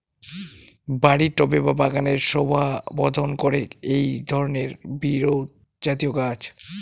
বাড়ির টবে বা বাগানের শোভাবর্ধন করে এই ধরণের বিরুৎজাতীয় গাছ